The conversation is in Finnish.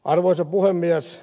arvoisa puhemies